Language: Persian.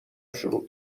شروع